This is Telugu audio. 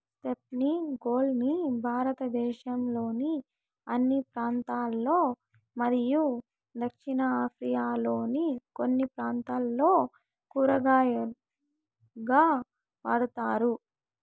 స్పైనీ గోర్డ్ ని భారతదేశంలోని అన్ని ప్రాంతాలలో మరియు దక్షిణ ఆసియాలోని కొన్ని ప్రాంతాలలో కూరగాయగా వాడుతారు